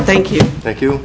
thank you thank you